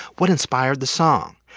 what inspired the song.